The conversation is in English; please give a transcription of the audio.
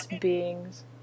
beings